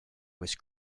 was